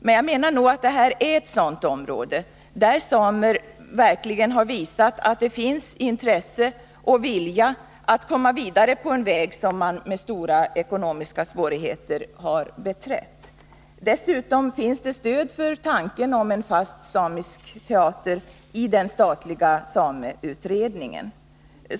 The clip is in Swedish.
Men jag menar att detta är ett sådant område där samerna verkligen har visat att det finns intresse och vilja att komma vidare på den väg som de med stora ekonomiska svårigheter har beträtt. Dessutom finns det stöd för tanken på en fast samisk teater i den statliga sameutredningen.